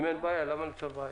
אם אין בעיה, למה ליצור בעיה?